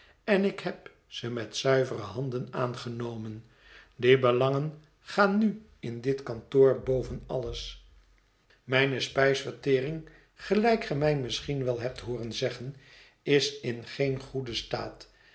en ik heb ze met zuivere handen aangenomen die belangen gaan nu in dit kantoor boven alles mijne spijsvertering gelijk ge mij misschien wel hebt hooren zeggen is in geen goeden staat